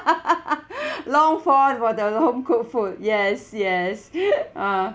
long for for the home cooked food yes yes ah